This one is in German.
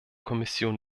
kommission